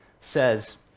says